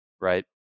right